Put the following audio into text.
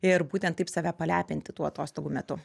ir būtent taip save palepinti tų atostogų metu